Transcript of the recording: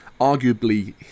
arguably